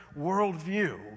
worldview